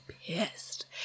pissed